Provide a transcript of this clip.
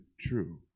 true